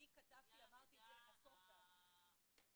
אני אמרתי את זה עשרות פעמים.